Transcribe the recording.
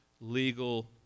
legal